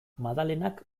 madalenak